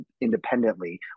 independently